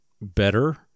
better